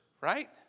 right